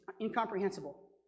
incomprehensible